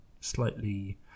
slightly